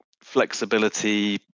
flexibility